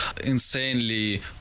insanely